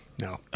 No